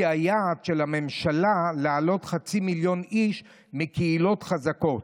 היעד של הממשלה הוא להעלות חצי מיליון איש מקהילות חזקות.